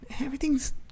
everything's